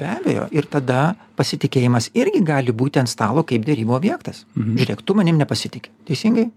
be abejo ir tada pasitikėjimas irgi gali būti ant stalo kaip derybų objektas žiūrėk tu manim nepasitiki teisingai